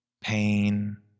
pain